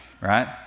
right